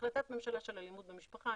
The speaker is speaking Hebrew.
בהחלטת הממשלה של אלימות במשפחה,